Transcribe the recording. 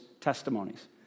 testimonies